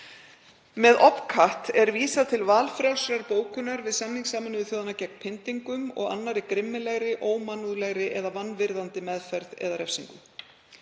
Með OPCAT er vísað til valfrjálsrar bókunar við samning Sameinuðu þjóðanna gegn pyndingum og annarri grimmilegri, ómannúðlegri eða vanvirðandi meðferð eða refsingu.